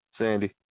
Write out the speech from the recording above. Sandy